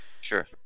Sure